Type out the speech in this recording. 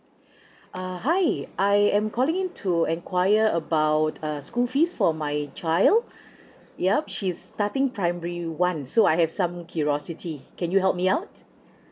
err hi I am calling to enquire about uh school fees for my child yup she's starting primary one so I have some curiosity can you help me out